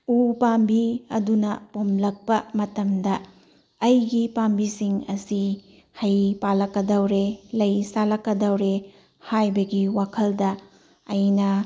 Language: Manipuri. ꯎ ꯄꯥꯝꯕꯤ ꯑꯗꯨꯅ ꯄꯣꯝꯂꯛꯄ ꯃꯇꯝꯗ ꯑꯩꯒꯤ ꯄꯥꯝꯕꯤꯁꯤꯡ ꯑꯁꯤ ꯍꯩ ꯄꯥꯜꯂꯛꯀꯗꯧꯔꯦ ꯂꯩ ꯁꯥꯠꯂꯛꯀꯗꯧꯔꯦ ꯍꯥꯏꯕꯒꯤ ꯋꯥꯈꯜꯗ ꯑꯩꯅ